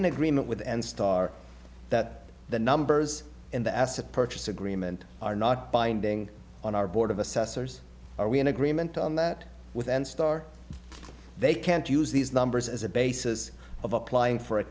in agreement with and starr that the numbers and the asset purchase agreement are not binding on our board of assessors are we in agreement on that with n starr they can't use these numbers as a basis of applying for a